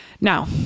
Now